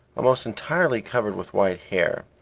almost entirely covered with white hair.